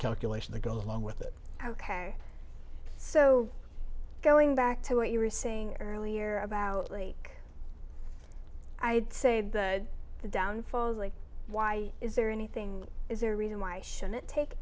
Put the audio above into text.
calculation that goes along with that ok so going back to what you were saying earlier about like i'd say the downfall is like why is there anything is there a reason why i shouldn't take